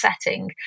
setting